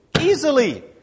easily